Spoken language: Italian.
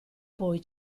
poi